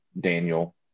Daniel